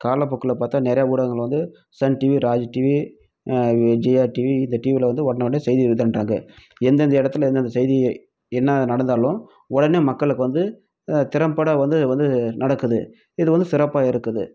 காலப்போக்கில் பார்த்தா நிறையா ஊடகங்கள் வந்து Sun TV Raj TV Jaya TV இந்த டிவியில வந்து உடனே உடனே செய்தியை இதன்றாங்க எந்தெந்த இடத்துல எந்தெந்த செய்தி என்ன நடந்தாலும் உடனே மக்களுக்கு வந்து திறம்பட வந்து வந்து நடக்குது இது வந்து சிறப்பாக இருக்குது